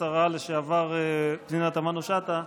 השרה לשעבר פנינה תמנו שטה,